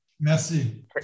Merci